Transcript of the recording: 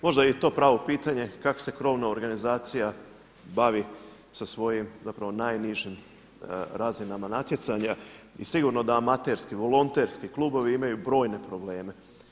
Možda je i to pravo pitanje kako se krovno organizacija bavi sa svojim zapravo najnižim razinama natjecanja i sigurno da amaterski, volonterski klubovi imaju brojne probleme.